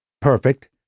perfect